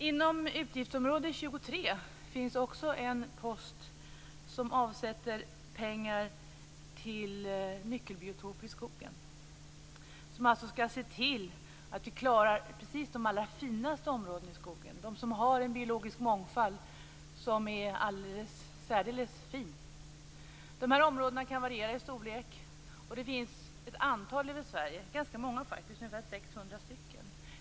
Inom utgiftsområde 23 finns också en post där man avsätter pengar till nyckelbiotoper i skogen. Vi skall alltså se till att vi klarar de allra finaste områdena i skogen, där det finns en biologisk mångfald som är alldeles särdeles fin. De här områdena kan variera i storlek. Det finns ett antal i Sverige. De är ganska många faktiskt, ungefär 600 stycken.